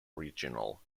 regional